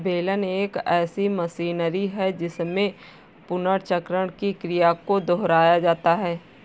बेलन एक ऐसी मशीनरी है जिसमें पुनर्चक्रण की क्रिया को दोहराया जाता है